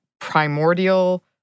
primordial